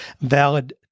valid